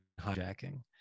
hijacking